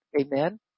Amen